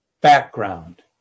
background